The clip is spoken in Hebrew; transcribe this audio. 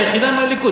היא היחידה מהליכוד,